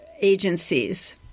agencies